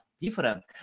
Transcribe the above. different